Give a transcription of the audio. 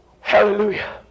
hallelujah